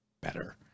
better